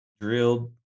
drilled